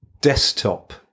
desktop